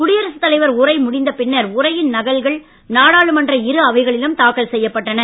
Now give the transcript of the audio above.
குடியரசுத் தலைவர் உரை முடிந்த பின்னர் உரையின் நகல்கள் நாடாளுமன்ற இரு அவைகளிலும் தாக்கல் செய்யப்பட்டன